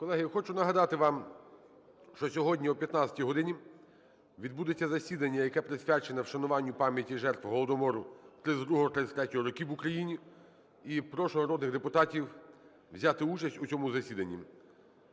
Колеги, я хочу нагадати вам, що сьогодні о 15 годині відбудеться засідання, яке присвячене вшануванню пам'яті жертв Голодомору 1932-1933 років в Україні. І прошу народних депутатів взяти участь у цьому засіданні.